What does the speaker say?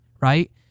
right